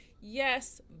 yes